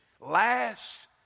Last